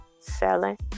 selling